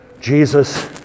Jesus